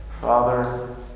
Father